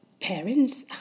parents